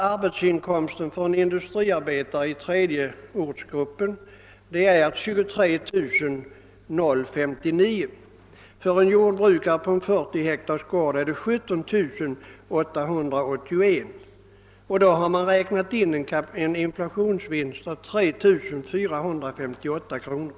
Arbetsinkomsten för en industriarbetare i ortsgrupp 3 är 23 059 kronor. För en jordbrukare på en gård om 40 hektar är inkomsten 17881 kronor. Häri har inräknats en inflationsvinst på 3458 kronor.